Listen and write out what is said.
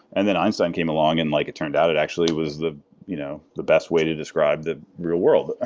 and then einstein came along and like it turned out it actually was the you know the best way to describe the real world.